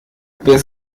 wer